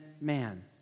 man